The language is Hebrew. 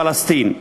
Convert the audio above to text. פלסטין: